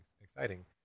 exciting